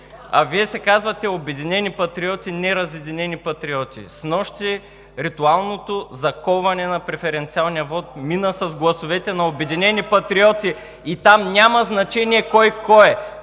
Вие се казвате „Обединени патриоти“, а не „разединени патриоти“. Снощи ритуалното заколване на преференциалния вот мина с гласовете на „Обединени патриоти“ и там няма значение кой кой е.